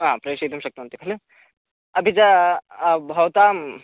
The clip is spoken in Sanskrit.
अ प्रेषयितुं शक्नुवन्ति खलु अपि च भवताम्